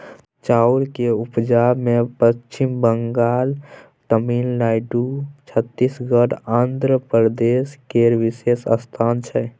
चाउर के उपजा मे पच्छिम बंगाल, तमिलनाडु, छत्तीसगढ़, आंध्र प्रदेश केर विशेष स्थान छै